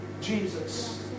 Jesus